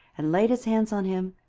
and laid his hands on him,